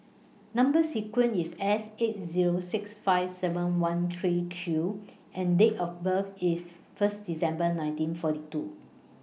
Number sequence IS S eight Zero six five seven one three Q and Date of birth IS First December nineteen forty two